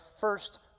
First